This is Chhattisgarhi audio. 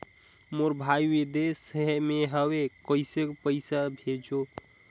मोर भाई विदेश मे हवे कइसे पईसा भेजो?